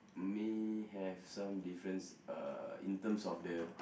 may have some difference uh in terms of the